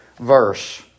verse